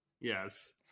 Yes